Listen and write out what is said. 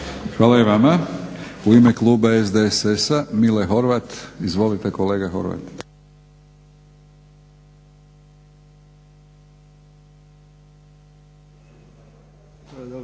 Hvala i vama. U ime kluba SDSS-a Mile Horvat. Izvolite kolega Horvat.